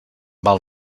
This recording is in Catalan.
val